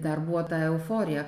dar buvo ta euforija